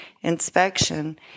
inspection